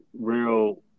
real